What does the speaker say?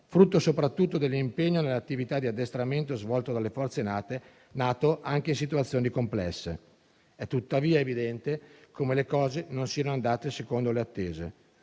frutto soprattutto dell'impegno nelle attività di addestramento svolte dalle forze NATO anche in situazioni complesse. È tuttavia evidente come le cose non siano andate secondo le attese.